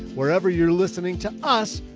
wherever you're listening to us.